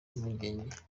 impungenge